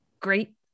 great